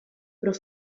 però